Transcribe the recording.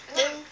eh